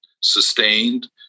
sustained